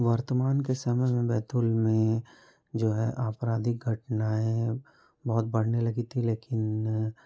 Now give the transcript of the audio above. वर्तमान के समय में बैतूल में जो है आपराधिक घटनाएँ बहुत बढ़ने लगी थीं लेकिन